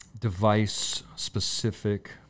device-specific